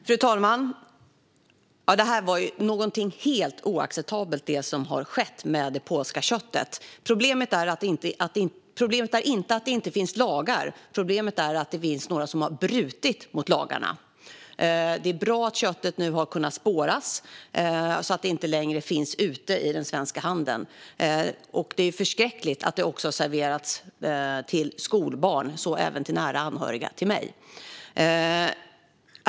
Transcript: Fru talman! Det som har skett med det polska köttet är ju någonting helt oacceptabelt. Problemet är inte att det inte finns lagar. Problemet är att det finns några som brutit mot lagarna. Det är bra att köttet nu har kunnat spåras så att det inte längre finns ute i den svenska handeln. Det är förskräckligt att köttet har serverats till skolbarn - så även till nära anhöriga till mig.